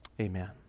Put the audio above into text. Amen